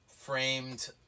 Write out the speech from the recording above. framed